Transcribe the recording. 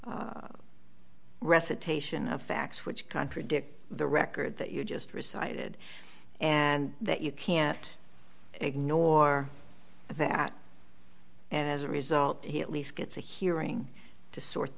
complaint recitation of facts which contradict the record that you just recited and that you can't ignore that and as a result he at least gets a hearing to sort